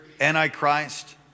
antichrist